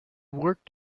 worked